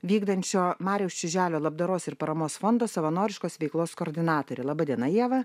vykdančio mariaus čiuželio labdaros ir paramos fondo savanoriškos veiklos koordinatorė laba diena ieva